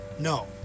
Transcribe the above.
No